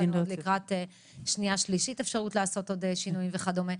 לקראת שנייה-שלישית אפשרות לעשות עוד שינויים וכדומה,